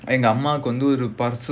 எங்க அம்மாக்கு ஒரு:enga ammakku oru pursue